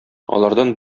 алардан